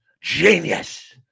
genius